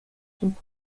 from